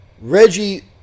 Reggie